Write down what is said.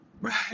right